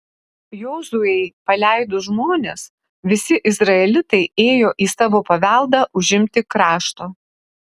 jozuei paleidus žmones visi izraelitai ėjo į savo paveldą užimti krašto